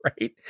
right